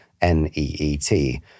N-E-E-T